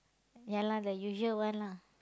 yeah lah the usual one lah